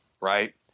right